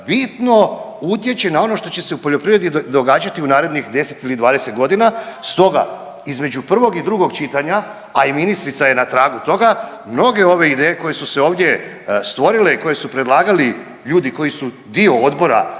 bitno utječe na ono što će se u poljoprivredi događati u narednih 10 ili 20 godina, stoga između prvog i drugog čitanja, a i ministrica je na tragu toga mnoge ove ideje koje su se ovdje stvorile, koje su predlagali ljudi koji su dio Odbora